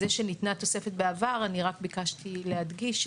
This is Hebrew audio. העובדה שניתנה תוספת בעבר אני רק ביקשתי להדגיש,